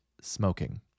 smoking